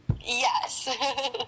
Yes